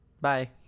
bye